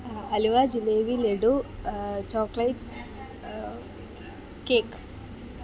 halwa jalebi laddu chocolates cake